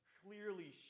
clearly